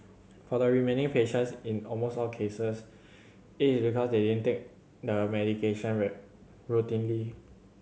for the remaining patients in almost all cases it is because they didn't take the medication routinely